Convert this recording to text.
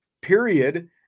period